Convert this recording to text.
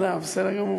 בסדר גמור.